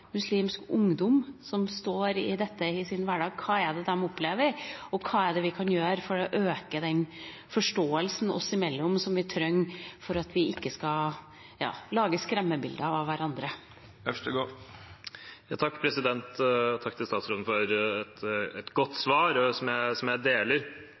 muslimsk ungdom, som står i dette i sin hverdag, opplever, og hva vi kan gjøre for å øke forståelsen oss imellom, som vi trenger for ikke å lage skremmebilder av hverandre. Takk til statsråden for et godt svar, som jeg er enig i. Man kan også bruke de jødiske veiviserne som et godt